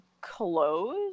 close